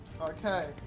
Okay